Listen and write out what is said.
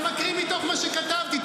אתה מקריא מתוך מה שכתבתי,